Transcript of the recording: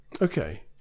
Okay